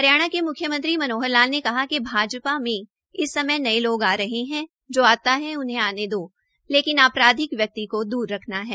हरियाणा के म्ख्यमंत्री मनोहर लाल ने कहा कि भाजपा में इस समय नए लोग आ रहे हैं जो आता है आने दो लेकिन आपराधिक व्यक्ति को दूर रखना है